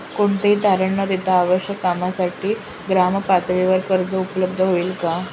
कोणतेही तारण न देता आवश्यक कामासाठी ग्रामपातळीवर कर्ज उपलब्ध होईल का?